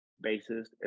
basis